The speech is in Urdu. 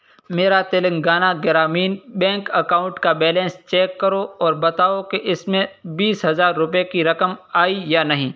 میرا تلنگانہ گرامین بینک اکاؤنٹ کا بیلنس چیک کرو اور بتاؤ کہ اس میں بیس ہزار روپئے کی رقم آئی یا نہیں